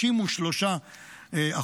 53%,